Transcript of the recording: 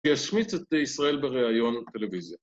ישמיץ את בני ישראל בראיון הטלוויזיה.